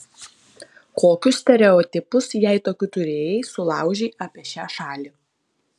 kokius stereotipus jei tokių turėjai sulaužei apie šią šalį